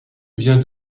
vient